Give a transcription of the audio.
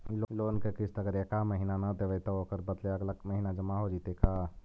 Loan के किस्त अगर एका महिना न देबै त ओकर बदले अगला महिना जमा हो जितै का?